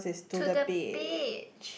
to the beach